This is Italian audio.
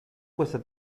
questa